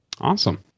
Awesome